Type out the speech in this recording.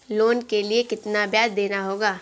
Loan के लिए कितना ब्याज देना होगा?